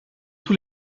tous